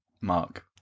mark